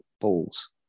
balls